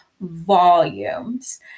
volumes